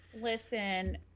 Listen